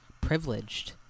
privileged